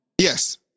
Yes